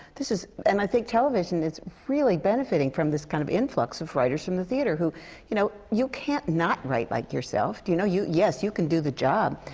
this is and i think television, it's really benefiting from this kind of influx of writers from the theater. who you know, you can't not write like yourself. do you know? you yes, you can do the job.